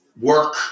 work